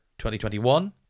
2021